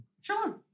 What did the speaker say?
Sure